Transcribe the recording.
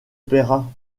paiera